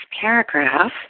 paragraph